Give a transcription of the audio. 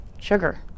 Sugar